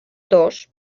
dos